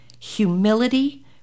Humility